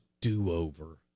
do-over